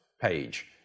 page